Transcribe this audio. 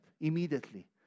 Immediately